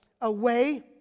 away